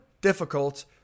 difficult